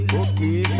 okay